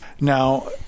Now